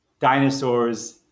Dinosaurs